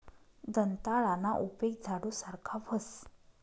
दंताळाना उपेग झाडू सारखा व्हस